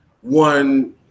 one